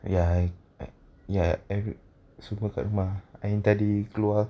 ya I I ya semua kat rumah I yang tadi keluar